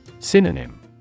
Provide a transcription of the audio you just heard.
synonym